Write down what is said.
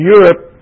Europe